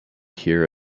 here